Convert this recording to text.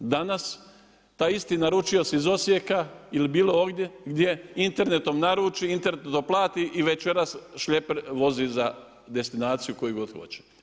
Danas taj isti naručioc iz Osijeka ili bilo ovdje gdje internetom naruči, internetom to plati i večeras šleper vozi za destinaciju koju god hoće.